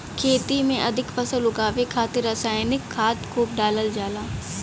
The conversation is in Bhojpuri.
खेती में अधिक फसल उगावे खातिर रसायनिक खाद खूब डालल जाला